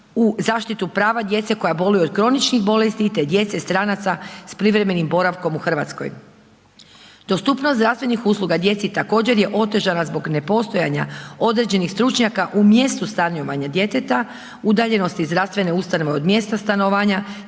u zaštitu prava djece koja boluju od kroničnih bolesti, te djece stranaca s privremenim boravkom u RH. Dostupnost zdravstvenih usluga djeci također je otežana zbog nepostojanja određenih stručnjaka u mjestu stanovanja djeteta, udaljenosti zdravstvene ustanove od mjesta stanovanja,